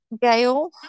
Gail